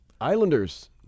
Islanders